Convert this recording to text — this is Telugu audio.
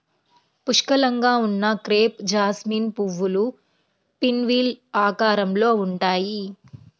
పుష్కలంగా ఉన్న క్రేప్ జాస్మిన్ పువ్వులు పిన్వీల్ ఆకారంలో ఉంటాయి